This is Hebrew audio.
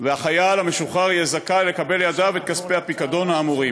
החייל המשוחרר זכאי לקבל לידיו את כספי הפיקדון האמורים.